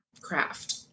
Craft